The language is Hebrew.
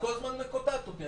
את כל הזמן קוטעת אותי.